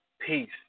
peace